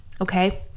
Okay